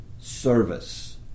service